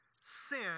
Sin